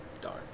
Dark